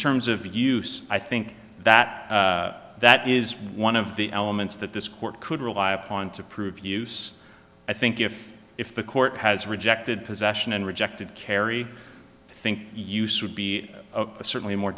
terms of use i think that that is one of the elements that this court could rely upon to prove use i think if if the court has rejected possession and rejected kerry think use would be certainly more